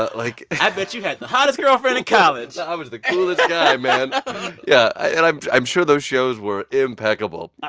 ah like. i bet you had the hottest girlfriend in college i was the coolest guy, man yeah, and i'm i'm sure those shows were impeccable.